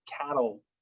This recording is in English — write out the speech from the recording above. cattle